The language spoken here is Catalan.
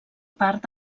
part